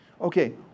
Okay